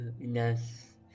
Yes